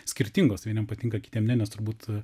skirtingos vieniem patinka kitiem ne nes turbūt